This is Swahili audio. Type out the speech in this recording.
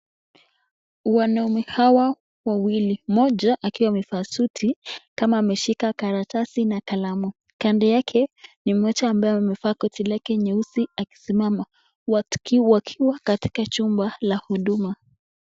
Wanaume hawa wawili mmoja akiwa amevalia suti kama ameshika karatasi na kalamu, kando yake ni mtu ambaye amevaa koti lake nyeusi akisimama wakiwa katika jumba la huduma.